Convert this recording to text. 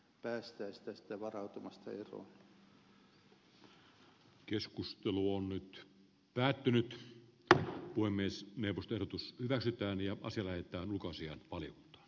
raville että olisi kyllä kansainvälisesti tärkeää nyt että saataisiin se esitys sellaiseen kuntoon että päästäisiin tästä varautumasta eroon